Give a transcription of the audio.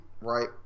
right